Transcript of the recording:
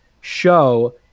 show